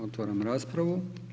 Otvaram raspravu.